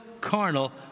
carnal